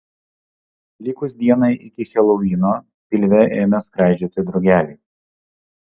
likus dienai iki helovino pilve ėmė skraidžioti drugeliai